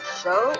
show